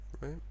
right